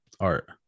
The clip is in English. art